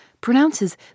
pronounces